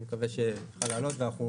אני מקווה שנוכל להעלות אותה ואנחנו